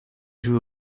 jouez